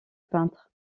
peintre